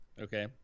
Okay